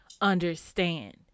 understand